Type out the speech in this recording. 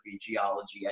geology